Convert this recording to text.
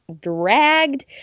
dragged